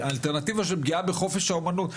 האלטרנטיבה של פגיעה בחופש האומנות,